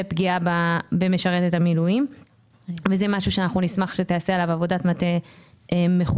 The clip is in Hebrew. פגיעה במשרתת המילואים זה משהו שנשמח שתיעשה עליו עבודת מטה מחודשת.